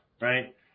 right